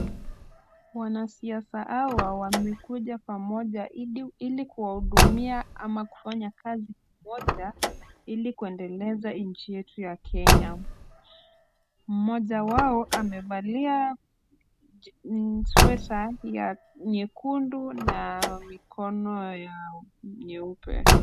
Mwanasiasa hawa wamekuja pamoja ili kuwahudumia ama kufanya kazi pamoja, ili kuendeleza nchi yetu ya Kenya. Mmoja wao amevalia sweta ya nyekundu na mikono ya nyeupe.